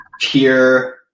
pure